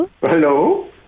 Hello